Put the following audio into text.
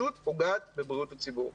אשמח לשמוע את דברי יושב-ראש הוועדה הקבוע שנמצא